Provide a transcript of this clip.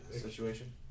situation